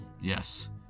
yes